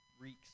reeks